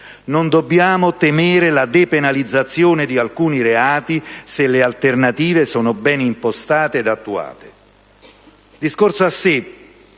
Non dobbiamo temere la depenalizzazione di alcuni reati se le alternative sono ben impostate ed attuate.